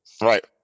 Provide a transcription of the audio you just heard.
right